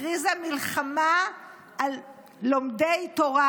הכריזה מלחמה על לומדי תורה.